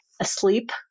asleep